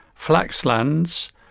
Flaxlands